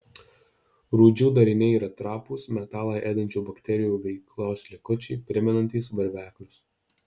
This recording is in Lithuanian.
rūdžių dariniai yra trapūs metalą ėdančių bakterijų veiklos likučiai primenantys varveklius